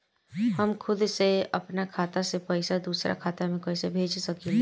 हम खुद से अपना खाता से पइसा दूसरा खाता में कइसे भेज सकी ले?